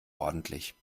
ordentlich